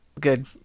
Good